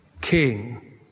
king